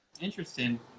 Interesting